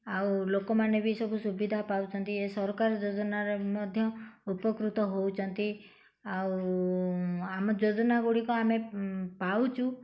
ଆଉ ଲୋକମାନେ ବି ସବୁ ସୁବିଧା ପାଉଛନ୍ତି ଏ ସରକାର ଯୋଜନାରେ ମଧ୍ୟ ଉପକୃତ ହଉଛନ୍ତି ଆଉ ଆମ ଯୋଜନା ଗୁଡ଼ିକ ଆମେ ପାଉଛୁ